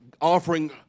offering